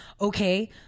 okay